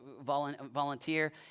volunteer